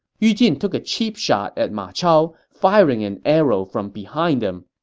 yu jin took a cheap shot at ma chao, firing an arrow from behind him.